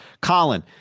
Colin